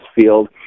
field